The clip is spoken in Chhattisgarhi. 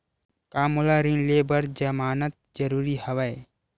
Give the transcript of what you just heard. का मोला ऋण ले बर जमानत जरूरी हवय?